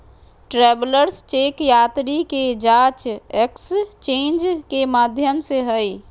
travellers cheque यात्री के जांच एक्सचेंज के माध्यम हइ